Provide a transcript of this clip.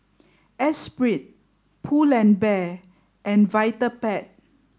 Esprit Pull and Bear and Vitapet